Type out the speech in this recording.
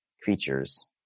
creatures